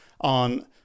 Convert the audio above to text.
on